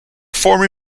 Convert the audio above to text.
former